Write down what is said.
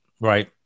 right